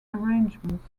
arrangements